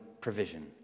provision